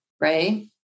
right